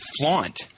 flaunt